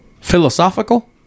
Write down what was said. Philosophical